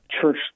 church